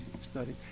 studied